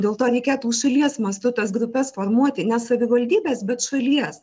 dėl to reikėtų šalies mastu tas grupes formuoti ne savivaldybės bet šalies